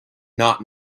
not